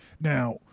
Now